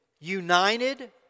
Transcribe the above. United